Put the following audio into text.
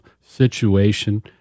situation